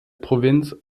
provinz